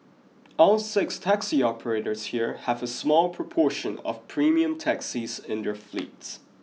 all six taxi operators here have a small proportion of premium taxis in their fleets